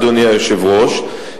אדוני היושב-ראש,